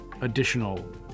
additional